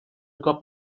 cop